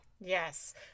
Yes